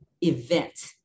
event